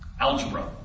algebra